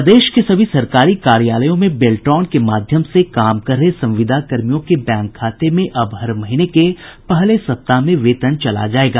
प्रदेश के सभी सरकारी कार्यालयों में बेल्ट्रॉन के माध्यम से काम कर रहे संविदा कर्मियों के बैंक खाते में अब हर महीने के पहले सप्ताह में वेतन चला जायेगा